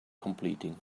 completing